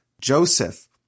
Joseph